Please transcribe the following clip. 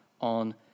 on